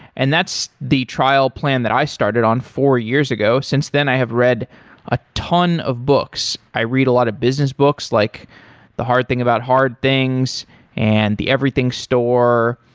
and that's the trial plan that i started on four years ago. since then i have read a ton of books. i read a lot of business books, like the hard thing about hard things and the everything store.